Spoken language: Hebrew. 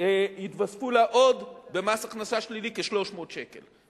יתווספו לה במס הכנסה שלילי עוד כ-300 שקל.